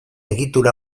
egitura